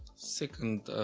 second